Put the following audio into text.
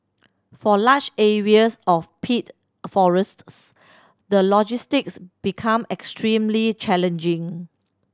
for large areas of peat forests the logistics become extremely challenging